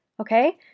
okay